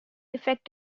effect